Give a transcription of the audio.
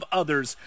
others